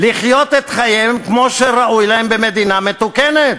לחיות את חייהם כמו שראוי להם במדינה מתוקנת.